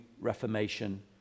reformation